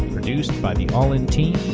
produced by the all in team,